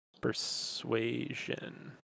Persuasion